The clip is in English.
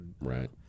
Right